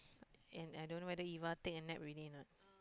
and I don't know whether you want take a nap already a not